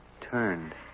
turned